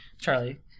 Charlie